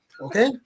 okay